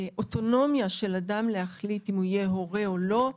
והאוטונומיה של אדם להחליט אם הוא יהיה הורה או לא,